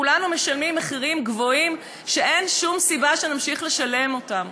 כולנו משלמים מחירים גבוהים שאין שום סיבה שנמשיך לשלם אותם.